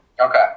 Okay